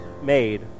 made